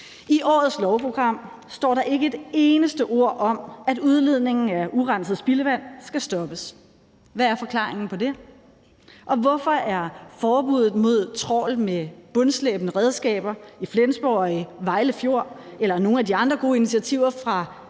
I årets lovprogram står der ikke et eneste ord om, at udledningen af urenset spildevand skal stoppes. Hvad er forklaringen på det, og hvorfor er forbuddet mod trawl med bundslæbende redskaber i Flensborg Fjord og Vejle Fjord eller nogle af de andre gode initiativer fra